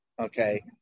Okay